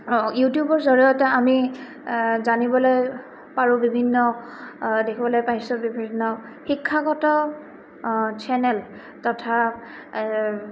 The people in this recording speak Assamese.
ইউটিউবৰ জৰিয়তে আমি জানিবলৈ পাৰোঁ বিভিন্ন দেখিবলৈ পাইছোঁ বিভিন্ন শিক্ষাগত চেনেল তথা